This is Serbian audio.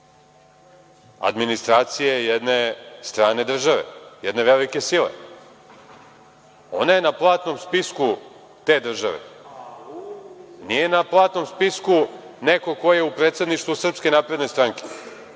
administracije jedne strane države, jedne velike sile. Ona je na platnom spisku te države. Nije na platnom spisku neko ko je u predsedništvu SNS, nego u predsedništvu stranke